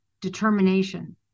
determination